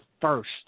first